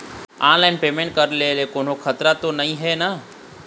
Online payment करे ले कोन्हो खतरा त नई हे न?